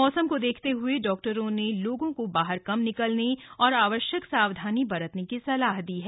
मौसम को देखते हए डाक्टरों ने लोगों को बाहर कम निकलने और आवश्यक सावधानी बरतने की सलाह दी है